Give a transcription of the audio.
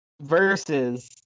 Versus